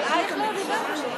אבל, אייכלר הוא גם,